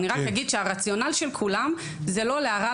אני רק אגיד שהרציונל של כולם זה לא להרע